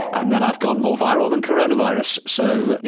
and then i've gone more viral than coronavirus. so yeah,